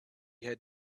had